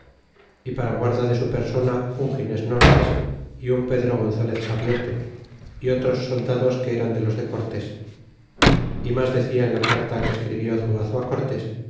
y para guarda de su persona un gines nortes y im pedro gonzalez sabiote y otros soldados que eran de los de cortés y mas decia en la carta que escribió zuazo